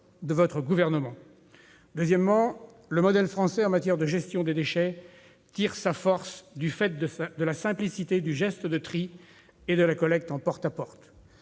Deuxièmement, le modèle français de gestion des déchets tire sa force de la simplicité du geste de tri et de la collecte en porte-à-porte.